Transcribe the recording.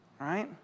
Right